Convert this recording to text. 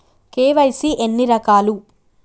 KYC ఎన్ని రకాలు?